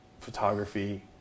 photography